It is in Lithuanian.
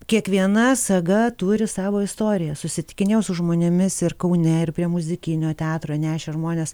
kiekviena saga turi savo istoriją susitikinėjau su žmonėmis ir kaune ir prie muzikinio teatro nešė žmonės